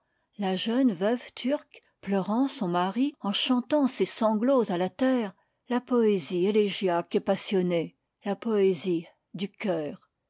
la jeune veuve turque pleurant son mari en chantant ses sanglots à la terre la poésie élégiaque et passionnée la poésie du cœur